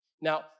Now